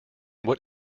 what